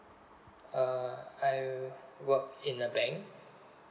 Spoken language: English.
uh I work in a bank